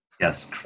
Yes